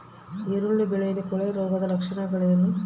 ಈರುಳ್ಳಿ ಬೆಳೆಯಲ್ಲಿ ಕೊಳೆರೋಗದ ಲಕ್ಷಣಗಳೇನು?